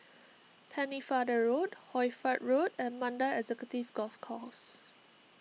Pennefather Road Hoy Fatt Road and Mandai Executive Golf Course